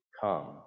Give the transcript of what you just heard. come